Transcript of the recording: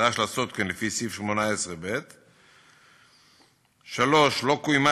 כשנדרש לעשות כן לפי סעיף 18(ב); 3. לא קוימה